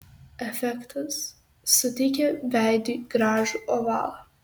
efektas suteikia veidui gražų ovalą